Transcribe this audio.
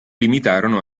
limitarono